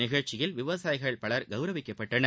நிகழ்ச்சியில் விவசாயிகள் பலர் கவுரவிக்கப்பட்டனர்